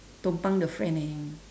tumpang the friend eh